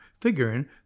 figuring